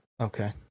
Okay